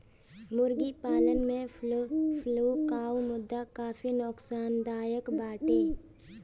मुर्गी पालन में फ्लू कअ मुद्दा काफी नोकसानदायक बाटे